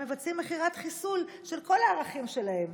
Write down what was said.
מבצעים מכירת חיסול של כל הערכים שלהם,